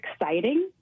exciting